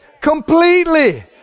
completely